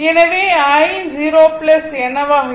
எனவே i 0 என்னவாக இருக்கும்